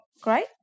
Great